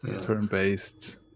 turn-based